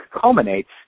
culminates